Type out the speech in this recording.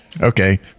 okay